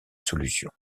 solution